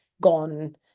gone